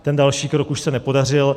Ten další krok už se nepodařil.